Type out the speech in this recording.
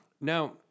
Now